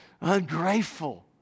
Ungrateful